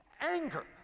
anger